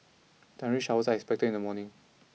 showers are expected in the morning